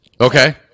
Okay